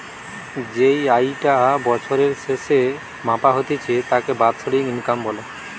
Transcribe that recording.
যেই আয়ি টা বছরের স্যাসে মাপা হতিছে তাকে বাৎসরিক ইনকাম বলে